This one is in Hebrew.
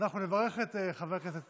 אז נברך את חבר הכנסת